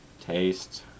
taste